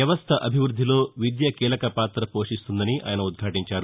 వ్యవస్ట అభివృద్దిలో విద్య కీలకపాత పోషిస్తుందని ఆయన ఉద్భాటించారు